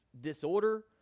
disorder